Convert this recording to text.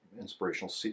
inspirational